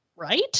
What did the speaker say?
right